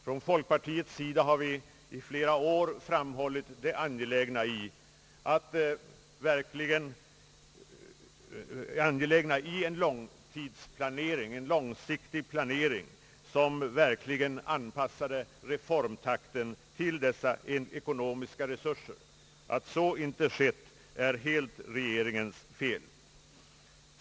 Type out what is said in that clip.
Från folkpartiets sida har vi under flera år framhållit det angelägna i en långsiktig planering som verkligen anpassade reformtakten till de ekonomiska resurserna. Att så inte har skett är helt regeringens fel.